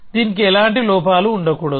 దీనికి ఎలాంటి లోపాలు ఉండకూడదు